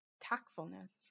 tactfulness